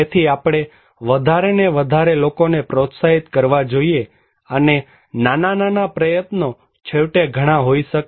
તેથી આપણે વધારે ને વધારે લોકોને પ્રોત્સાહિત કરવા જોઈએ અને નાના નાના પ્રયત્નો છેવટે ઘણા હોઈ શકે છે